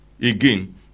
again